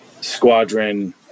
Squadron